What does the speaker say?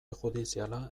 judiziala